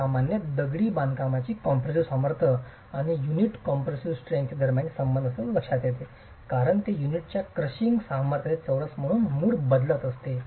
हे सामान्यत दगडी बांधकामाची कंपेशिव्ह सामर्थ्य आणि युनिट कॉम्प्रेसीव स्ट्रेंग्थ दरम्यानचे संबंध असल्याचे लक्षात येते कारण ते युनिटच्या क्रशिंग सामर्थ्याचे चौरस मूळ म्हणून बदलते